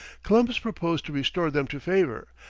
columbus proposed to restore them to favour,